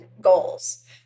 goals